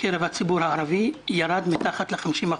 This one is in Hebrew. בקרב הציבור הערבי ירד מתחת ל-50%.